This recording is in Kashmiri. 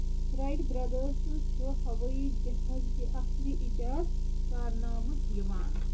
رایٹ برادرز چھُ ہوٲیی جَہازٕ کہِ اَصلی اِجاد کرنہٕ آمُت یِوان